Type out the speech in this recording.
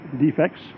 defects